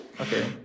Okay